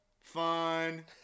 fun